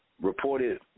reported